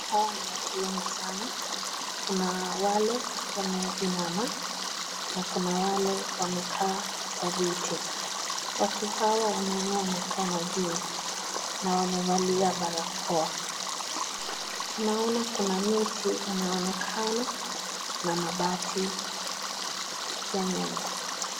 Hawa ni watu wengi sana, kuna wale wameinama na kuna wale wamekaa kwa viti, watu hawa wameinua mikono juu na wamevalia barakoa, tunaona kuna miti inaonekana na mabati ya nyumba.